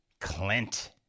Clint